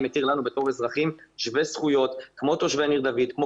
התיר לנו כאזרחים שווי זכויות כמו תושבי ניר דוד וכמו